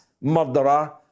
murderer